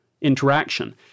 interaction